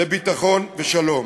לביטחון ושלום.